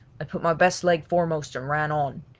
i put my best leg foremost and ran on.